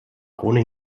krone